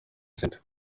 centre